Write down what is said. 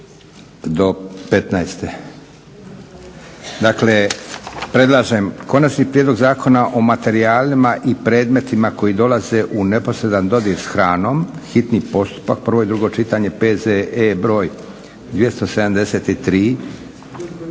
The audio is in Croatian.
Do 15. Dakle predlažem. - Konačni prijedlog Zakona o materijalima i predmetima koji dolaze u neposredan dodir s hranom, hitni postupak, prvo i drugo čitanje, P.Z.E. br. 273,